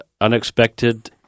unexpected